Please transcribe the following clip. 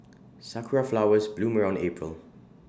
Sakura Flowers bloom around April